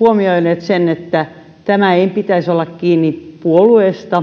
huomioineet sen että tämän ei pitäisi olla kiinni puolueesta